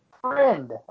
Friend